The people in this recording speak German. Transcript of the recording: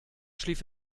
schlief